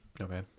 Okay